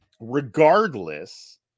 Regardless